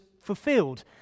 fulfilled